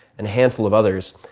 and a handful of others.